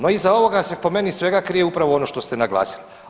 No, iza ovoga se po meni svega krije upravo ono što ste naglasili.